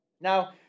Now